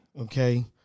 Okay